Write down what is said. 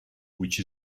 which